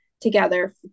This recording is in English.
together